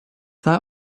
that